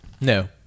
No